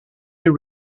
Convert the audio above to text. you